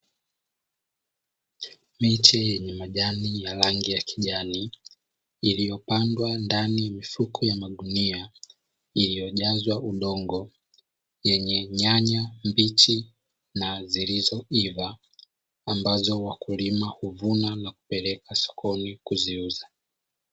Miche yenye majani ya rangi ya kijani iliyopandwa ndani ya mifuko ya magunia iliyojazwa udongo; yenye nyanya mbichi na zilizoiva ambazo wakulima huvuna na kupeleka sokoni kuziuza.